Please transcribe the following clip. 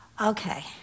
Okay